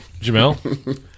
Jamel